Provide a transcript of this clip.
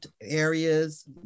areas